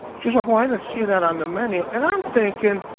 she's like, well, i didn't see that on the menu. and i'm thinking,